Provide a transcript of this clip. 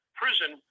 prison